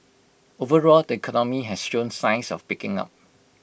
overall the economy has shown signs of picking up